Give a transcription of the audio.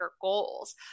goals